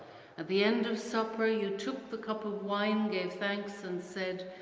at the end of supper you took the cup of wine gave thanks and said,